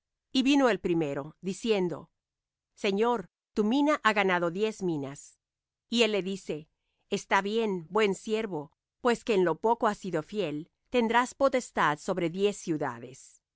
y vino el primero diciendo señor tu mina ha ganado diez minas y él le dice está bien buen siervo pues que en lo poco has sido fiel tendrás potestad sobre diez ciudades